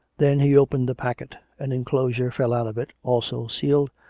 then he opened the packet an enclosure fell out of it, also sealed,